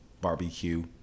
Barbecue